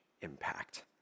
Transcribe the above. impact